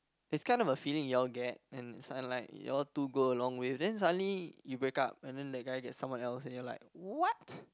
it's kind of a feeling you all get and it's like you all two go a long way then suddenly you break up and then that guy get someone else and you're like what